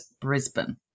Brisbane